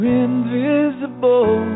invisible